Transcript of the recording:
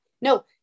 No